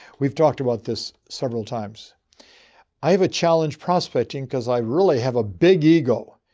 we've talked about this several times i have a challenge prospecting because i really have a big ego.